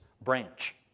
branch